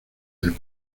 del